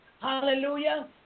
Hallelujah